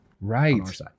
Right